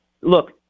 Look